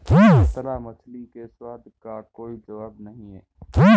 कतला मछली के स्वाद का कोई जवाब नहीं